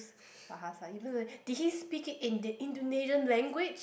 Bahasa even though did he speak it in the Indonesian language